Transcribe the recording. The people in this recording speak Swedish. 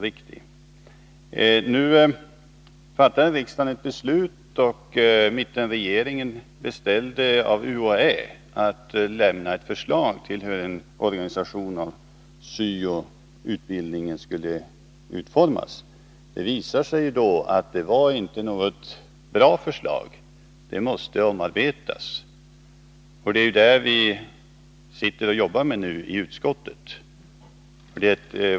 Riksdagen fattade ett beslut, och mittenregeringen beställde av UHÄ ett förslag till en organisation av syo-utbildningen. Det visade sig då att det inte var något bra förslag — det måste omarbetas. Det sitter vi nu och jobbar med i utskottet.